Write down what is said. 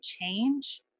change